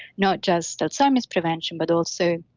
not just alzheimer's prevention, but also